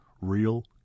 real